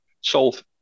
solve